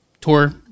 tour